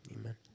Amen